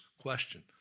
question